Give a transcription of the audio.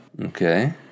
okay